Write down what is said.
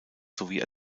sowie